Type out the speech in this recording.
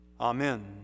Amen